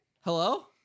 Hello